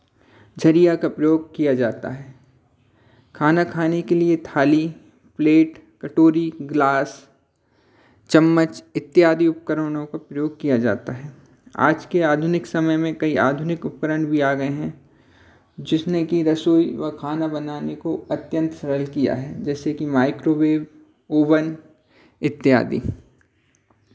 छरिया का प्रयोग किया जाता है खाना खाने के लिये थाली प्लेट कटोरी ग्लास चम्मच इत्यादि उपकरणों का प्रयोग किया जाता है आज के आधुनिक समय में कई आधुनिक उपकरण भी आ गए हैं जिसने कि रसोई व खाना बनाने को अत्यंत सरल किया है जैसे कि माइक्रोवेव ओवन इत्यादि